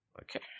Okay